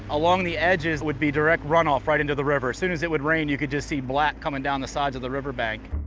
along the edges would be direct runoff right into the river. as soon as it would rain, you could just see black coming down the sides of the riverbank.